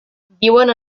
viuen